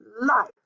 Life